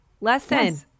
Lesson